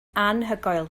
anhygoel